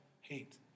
hate